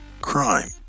Crime